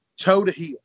toe-to-heel